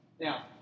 now